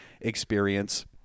experience